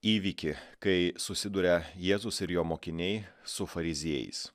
įvykį kai susiduria jėzus ir jo mokiniai su fariziejais